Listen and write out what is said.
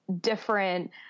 different